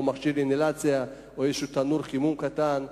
או מכשיר אינהלציה או איזשהו תנור חימום קטן,